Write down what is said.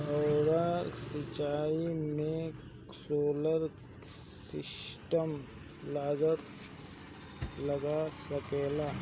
फौबारा सिचाई मै सोलर सिस्टम लाग सकेला?